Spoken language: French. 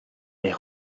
est